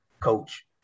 coach